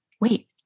wait